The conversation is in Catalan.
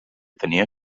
tenia